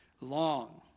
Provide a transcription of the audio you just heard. Long